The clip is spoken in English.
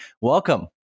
Welcome